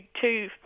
two